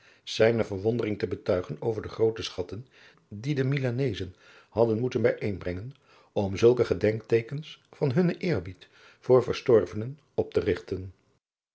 zijne verwondering te betuigen over de groote schatten die de milanezen hadden moeten bijeenbrengen om zulke gedenkteekens van hunnen eerbied voor verstorvenen op te rigten